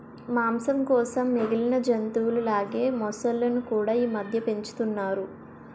మాంసం కోసం మిగిలిన జంతువుల లాగే మొసళ్ళును కూడా ఈమధ్య పెంచుతున్నారు